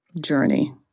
journey